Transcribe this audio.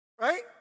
right